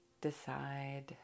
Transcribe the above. decide